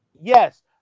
Yes